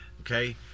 Okay